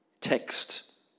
text